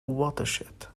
watershed